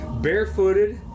barefooted